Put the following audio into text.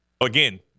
again